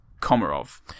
Komarov